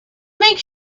make